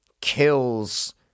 kills